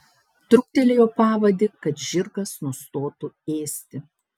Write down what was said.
truktelėjo pavadį kad žirgas nustotų ėsti